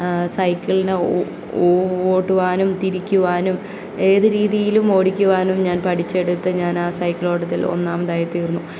സൈക്കിളിനെ ഓട്ടുവാനും തിരിക്കുവാനും ഏത് രീതിയിലും ഓടിക്കുവാനും ഞാൻ പഠിച്ചെടുത്ത് ഞാൻ ആ സൈക്കിള് ഓട്ടത്തിൽ ഒന്നാമതായി തീർന്നു